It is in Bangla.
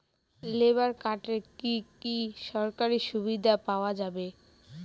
লেবার কার্ডে কি কি সরকারি সুবিধা পাওয়া যাবে?